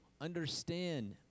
understand